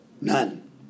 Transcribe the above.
none